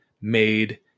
made